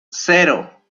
cero